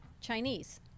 Chinese